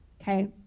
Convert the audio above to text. Okay